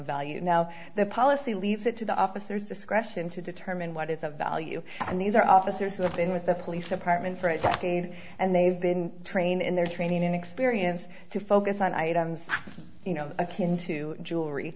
value now the policy leaves it to the officers discretion to determine what is a value and these are officers who have been with the police department for it and they've been trained in their training and experience to focus on items you know i thin to jewelry